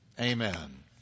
Amen